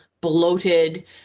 bloated